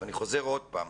אני חוזר שוב.